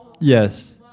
Yes